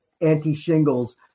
anti-shingles